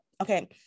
okay